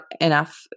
enough